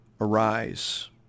arise